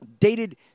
dated